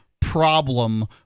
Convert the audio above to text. problem